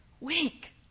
weak